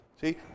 See